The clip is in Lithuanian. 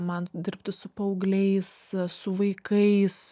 man dirbti su paaugliais su vaikais